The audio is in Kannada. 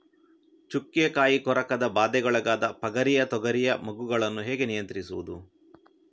ಚುಕ್ಕೆ ಕಾಯಿ ಕೊರಕದ ಬಾಧೆಗೊಳಗಾದ ಪಗರಿಯ ತೊಗರಿಯ ಮೊಗ್ಗುಗಳನ್ನು ಹೇಗೆ ನಿಯಂತ್ರಿಸುವುದು?